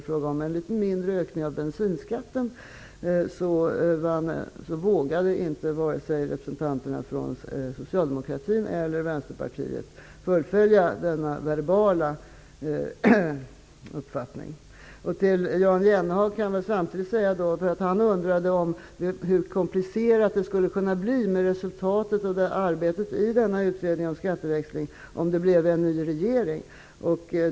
Det gällde en litet mindre ökning av bensinskatten. Då vågade inte vare sig representanterna från socialdemokratin eller Vänsterpartiet fullfölja denna verbala uppfattning. Jan Jennehag undrade hur komplicerat det skulle bli med arbetet i utredningen om skatteväxlingen och dess resultat om det blev en ny regering.